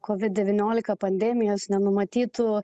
kovid devyniolika pandemijos nenumatytų